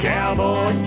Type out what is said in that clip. Cowboy